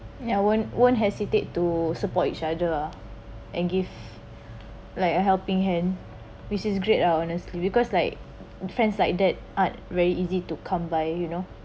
ya won't won't hesitate to support each other ah and give like a helping hand which is great ah honestly because like friends like that aren’t very easy to come by you know